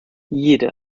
jede